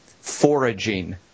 foraging